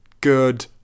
good